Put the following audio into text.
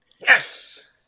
Yes